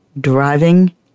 driving